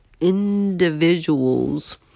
individuals